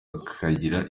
akagira